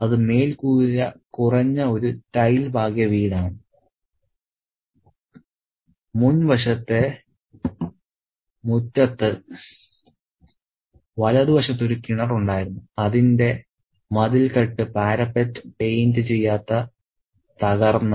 അത് 'മേൽക്കൂര കുറഞ്ഞ ഒരു ടൈൽ പാകിയ വീട് ആണ് മുൻവശത്തെ മുറ്റത്ത് വലതുവശത്ത് ഒരു കിണർ ഉണ്ടായിരുന്നു അതിന്റെ മതിൽക്കെട്ട് പാരപെറ്റ് പെയിന്റ് ചെയ്യാത്ത തകർന്ന